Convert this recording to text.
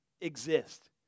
exist